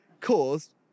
caused